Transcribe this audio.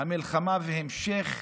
המלחמה והמשך